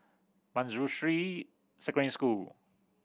Manjusri Secondary School